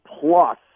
Plus